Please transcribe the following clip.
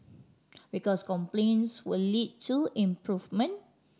because complaints will lead to improvement